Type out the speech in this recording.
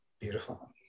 beautiful